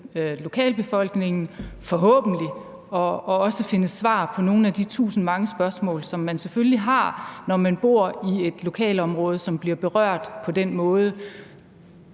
lokalbefolkningen, forhåbentlig, og også finde svar på nogle af de tusindvis af spørgsmål, som man selvfølgelig har, når man bor i et lokalområde, som bliver berørt på den måde,